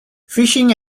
fishing